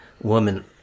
woman